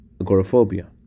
agoraphobia